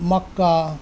مکہ